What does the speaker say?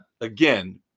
again